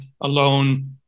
alone